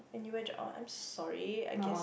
anyway I'm sorry I guess